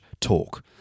talk